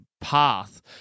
path